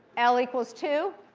l equals two.